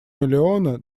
миллиона